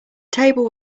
table